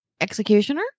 executioner